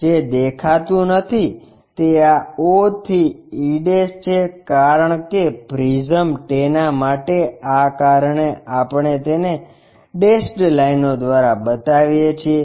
જે દેખાતું નથી તે આ o થી e છે કારણ કે પ્રિઝમ તેના માટે આં કારણે આપણે તેને ડેશડ લાઇનો દ્વારા બતાવીએ છીએ